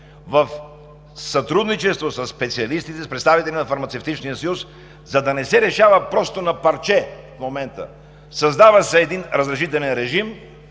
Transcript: в сътрудничество с представители на Фармацевтичния съюз, за да не се решава просто на парче в момента. Създава се един разрешителен режим,